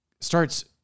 starts